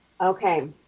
Okay